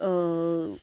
অঁ